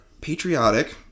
patriotic